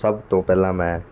ਸਭ ਤੋਂ ਪਹਿਲਾਂ ਮੈਂ